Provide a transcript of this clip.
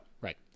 Right